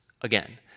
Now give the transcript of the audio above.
again